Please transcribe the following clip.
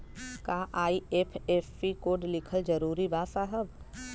का IFSC code लिखल जरूरी बा साहब?